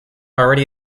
already